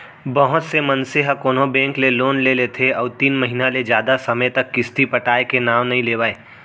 बहुत से मनसे ह कोनो बेंक ले लोन ले लेथे अउ तीन महिना ले जादा समे तक किस्ती पटाय के नांव नइ लेवय